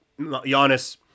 Giannis